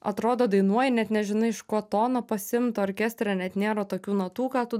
atrodo dainuoji net nežinai iš ko toną pasiimt orkestre net nėra tokių natų ką tu